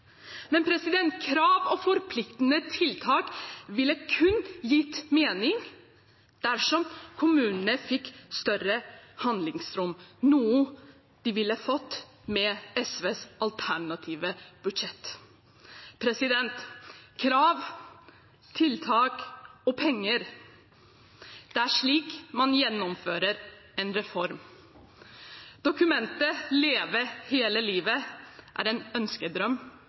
Men krav og forpliktende tiltak vil kun gi mening dersom kommunene får større handlingsrom, noe de ville fått med SVs alternative budsjett. Krav, tiltak og penger – det er slik man gjennomfører en reform. Dokumentet «Leve hele livet» er en ønskedrøm